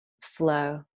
flow